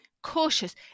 cautious